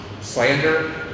slander